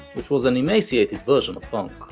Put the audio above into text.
which was an emaciated version of funk.